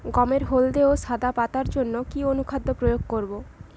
গমের হলদে ও সাদা পাতার জন্য কি অনুখাদ্য প্রয়োগ করব?